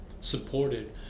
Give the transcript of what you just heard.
supported